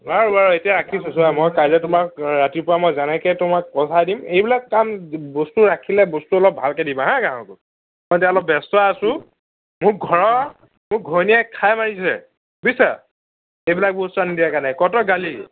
বাৰু বাৰু এতিয়া ৰাখিছোঁ চোৱা মই কাইলে তোমাক ৰাতিপুৱা মই যেনেকে তোমাক পঠাই দিম এইবিলাক কাম বস্তু ৰাখিলে বস্তু অলপ ভালকে দিবা হাঁ গ্ৰাহকক মই এতিয়া অলপ ব্যস্ত আছোঁ মোক ঘৰত মোৰ ঘৈণীয়েৰে খাই মাৰিছে বুইছা এইবিলাক বস্তু আনি দিয়া কাৰণে কত গালি